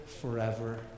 forever